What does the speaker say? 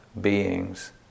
beings